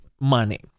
money